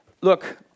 Look